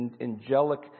angelic